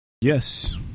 Yes